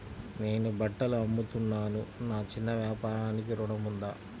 నేను బట్టలు అమ్ముతున్నాను, నా చిన్న వ్యాపారానికి ఋణం ఉందా?